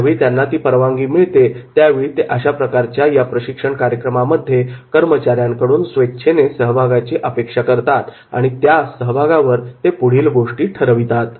ज्यावेळी त्यांना ती परवानगी मिळते त्यावेळी ते अशा प्रकारच्या या प्रशिक्षण कार्यक्रमामध्ये कर्मचाऱ्यांकडून स्वेच्छेने सहभागाची अपेक्षा करतात आणि त्या सहभागावर ते पुढील गोष्टी ठरवतात